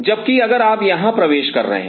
जबकि अगर आप यहां प्रवेश कर रहे हैं